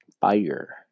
fire